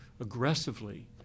aggressively